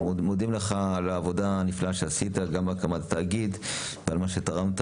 אנחנו מודים לך על העבודה הנפלאה שעשית גם בהקמת התאגיד ועל מה שתרמת